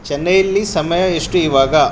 ಚೆನ್ನೈಯಲ್ಲಿ ಸಮಯ ಎಷ್ಟು ಇವಾಗ